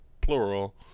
plural